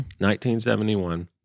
1971